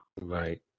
right